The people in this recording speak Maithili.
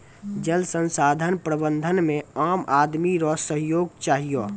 जल संसाधन प्रबंधन मे आम आदमी रो सहयोग चहियो